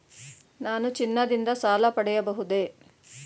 ನಾನು ಚಿನ್ನದಿಂದ ಸಾಲ ಪಡೆಯಬಹುದೇ?